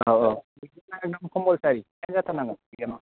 औ औ रिटेना एकदम खम्पलसारि एटेन्ट जाथारनांगोन इगजामाव